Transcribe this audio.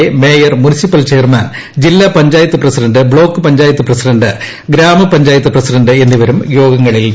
A mayor municipal chairman ജില്ലാ panchayat president block panchayat president ഗ്രാമപഞ്ചായത്ത് president എന്നിവരും യോഗങ്ങളിൽ പങ്കെടുക്കും